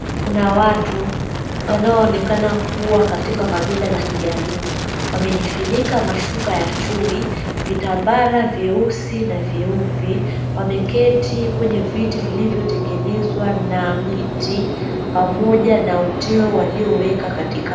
Kuna watu wanaonekana kuwa katika katika kabila la kijaluo, wamejifinika mashuka ya chui vitambara vyeusi na vyeupe wameketi kwenye viti vilivyotengenezwa na miti pamoja na uteo walioueka katikati.